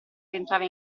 rientrava